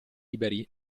liberi